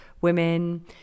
women